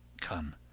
come